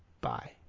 Bye